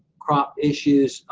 crop issues,